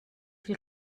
viel